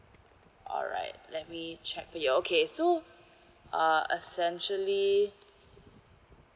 alright let me check for you okay so uh essentially